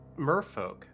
merfolk